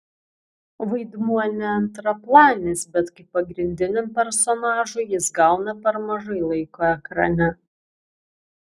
vaidmuo ne antraplanis bet kaip pagrindiniam personažui jis gauna per mažai laiko ekrane